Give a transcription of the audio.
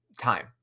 time